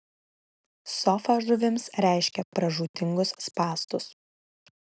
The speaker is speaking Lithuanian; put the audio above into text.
sofa žuvims reiškia pražūtingus spąstus